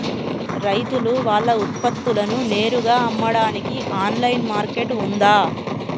రైతులు వాళ్ల ఉత్పత్తులను నేరుగా అమ్మడానికి ఆన్లైన్ మార్కెట్ ఉందా?